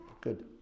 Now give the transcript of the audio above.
Good